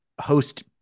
host